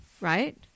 right